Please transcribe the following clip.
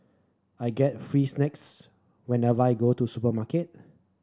I get free snacks whenever I go to supermarket